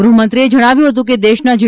ગ્રહમંત્રીએ જણાવ્યું હતું કે દેશના જી